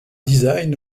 design